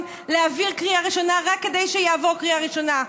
להעביר בקריאה ראשונה רק כדי שיעבור בקריאה ראשונה,